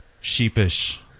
sheepish